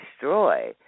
destroy